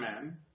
men